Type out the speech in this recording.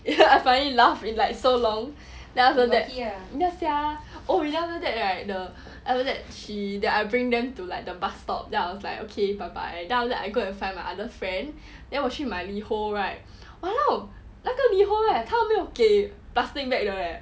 ya I finally laugh in like so long then after that ya sia oh we after that right the after that she then I bring them to like the bus stop then I was like okay bye bye then after that I go and find my other friend then 我去买 LiHO right !walao! 那个 LiHO right tell me 他们没有给 plastic bag 的 leh